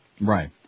Right